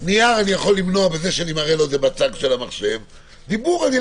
בנייר אני יכול למנוע את זה, אבל לא בדיבור.